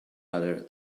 other